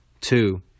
Two